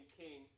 king